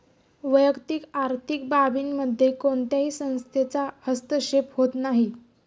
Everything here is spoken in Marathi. वैयक्तिक आर्थिक बाबींमध्ये कोणत्याही संस्थेचा हस्तक्षेप होत नाही